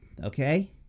okay